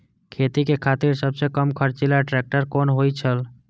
खेती के खातिर सबसे कम खर्चीला ट्रेक्टर कोन होई छै?